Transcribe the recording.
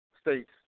states